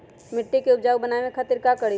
मिट्टी के उपजाऊ बनावे खातिर का करी?